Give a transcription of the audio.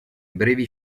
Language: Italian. brevi